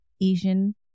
Asian